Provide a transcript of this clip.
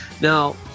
Now